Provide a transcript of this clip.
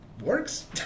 works